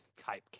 type